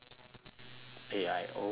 A_I oh A_I